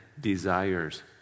desires